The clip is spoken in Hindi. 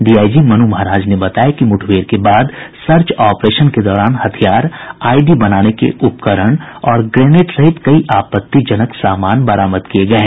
डीआईजी मनु महाराज ने बताया कि मुठभेड़ के बाद सर्च ऑपरेशन के दौरान हथियार आईडी बनाने के उपकरण और ग्रेनेड सहित कई आपत्तिजनक सामान बरामद किये गये हैं